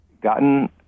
gotten